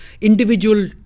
individual